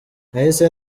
nahise